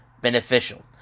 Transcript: beneficial